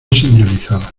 señalizada